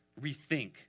rethink